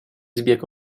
zbieg